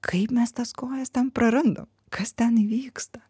kaip mes tas kojas ten prarandam kas ten įvyksta